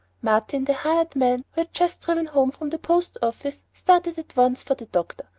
martin, the hired man, who had just driven home from the post office, started at once for the doctor,